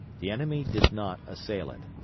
the enemy did not assail it.